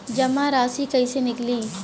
जमा राशि कइसे निकली?